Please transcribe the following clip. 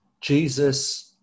Jesus